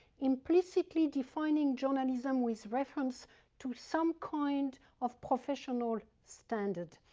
implicitly defining journalism with reference to some kind of professional standard.